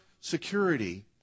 security